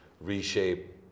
reshape